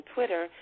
Twitter